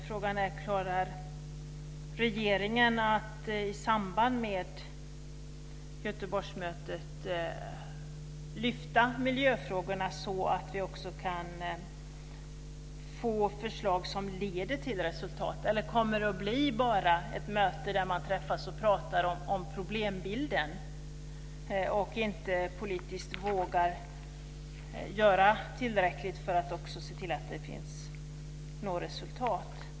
Frågan är: Klarar regeringen att i samband med Göteborgsmötet lyfta fram miljöfrågorna så att vi kan få förslag som leder till resultat, eller kommer det att bara bli ett möte där man träffas och pratar om problembilden och inte politiskt vågar göra tillräckligt för att se till att det går att nå resultat?